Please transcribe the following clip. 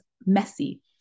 messy